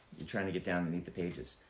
you're trying to get down and eat the pages.